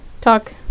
Talk